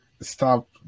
Stop